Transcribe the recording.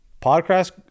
podcast